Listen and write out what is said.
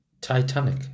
Titanic